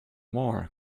more